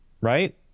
Right